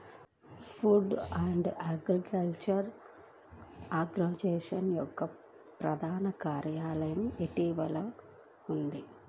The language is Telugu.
ఫుడ్ అండ్ అగ్రికల్చర్ ఆర్గనైజేషన్ యొక్క ప్రధాన కార్యాలయం ఇటలీలో ఉంది